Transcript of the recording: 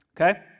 Okay